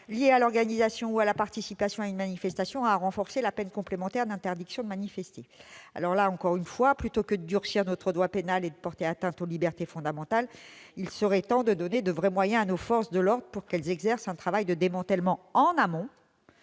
liées à l'organisation ou à la participation à une manifestation, et à renforcer la peine complémentaire d'interdiction de manifester. Encore une fois, plutôt que de durcir notre droit pénal et de porter atteinte aux libertés fondamentales, il serait temps de donner de vrais moyens à nos forces de l'ordre pour qu'elles exercent un travail de démantèlement en amont,